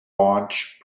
launch